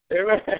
Amen